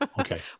Okay